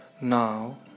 Now